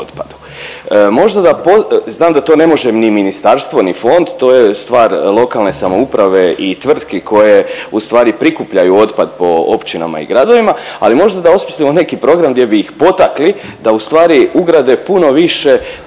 otpadu. Znam da to ne može ni ministarstvo, ni fond, to je stvar lokalne samouprave i tvrtki koje u stvari prikupljaju otpad po općinama i gradovima, ali možda da osmislimo neki program gdje bi ih potakli da u stvari ugrade puno više